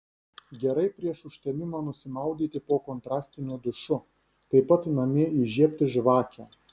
gerai prieš užtemimą nusimaudyti po kontrastiniu dušu taip pat namie įžiebti žvakę